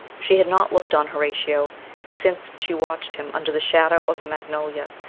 she had not looked on horatio since she watched him under the shadow of the magnolia,